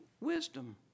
wisdom